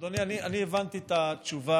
אדוני, אני הבנתי את התשובה